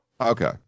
Okay